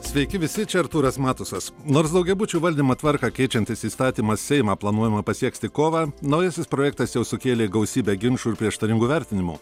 sveiki visi čia artūras matusas nors daugiabučių valdymo tvarką keičiantis įstatymas seimą planuojama pasieks tik kovą naujasis projektas jau sukėlė gausybę ginčų ir prieštaringų vertinimų